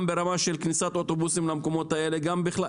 גם ברמה של כניסת אוטובוסים למקומות האלה וגם בכלל.